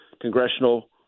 congressional